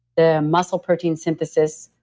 the muscle-protein synthesis,